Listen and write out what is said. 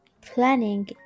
Planning